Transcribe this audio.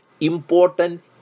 important